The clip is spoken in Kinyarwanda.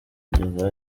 kugeza